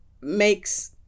makes